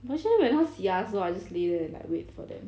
actually when 他洗牙的时候 I just lay there and like wait for them